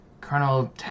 Colonel